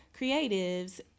creatives